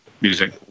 music